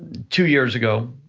two years ago,